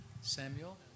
Samuel